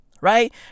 Right